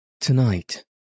Tonight